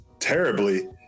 terribly